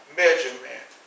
measurement